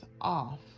off